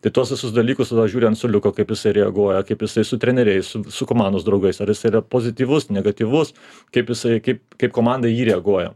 tai tuos visus dalykus va žiūriu ant suoliuko kaip jis reaguoja kaip jisai su treneriais su su komandos draugais ar jis yra pozityvus negatyvus kaip jisai kaip kaip komanda į jį reaguoja